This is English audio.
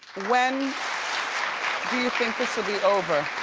when you think this will be over?